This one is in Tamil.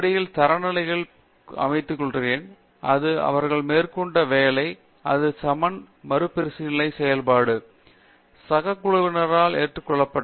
பேராசிரியர் பிரதாப் ஹரிதாஸ் எனவே நான் அடிப்படையில் தரநிலைகளை அமைத்துக்கொள்கிறேன் அது அவர்கள் மேற்கொண்ட வேலை அது சமன் மறுபரிசீலனை செய்யப்பட்டு சக குழுவினரால் ஏற்றுக்கொள்ளப்பட்டது